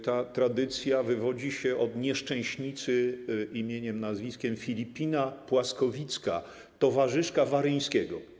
Ta tradycja wywodzi się od nieszczęśnicy imieniem i nazwiskiem Filipina Płaskowicka, towarzyszki Waryńskiego.